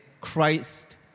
Christ